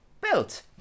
belt